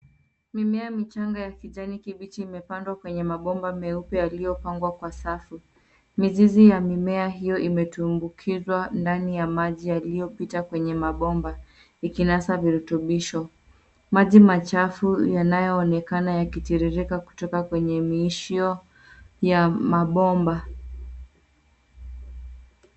Mimea michanga ya kijani kibichi imepandwa kwenye mabomba meupe yaliyopangwa kwa safu. Mizizi ya mimea hiyo imetumbukizwa ndani ya maji yaliyopita kwenye mabomba, ikinasa virutubisho. Maji machafu yanayoonekana yakitiririka kutoka kwenye miishio ya mabomba.